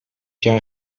jaar